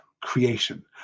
creation